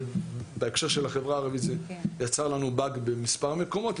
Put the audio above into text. בהקשר של החברה הערבית זה יצר לנו באג במספר מקומות.